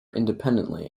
independently